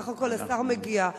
בסך הכול השר מגיע,